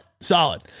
Solid